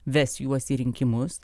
ves juos į rinkimus